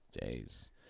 days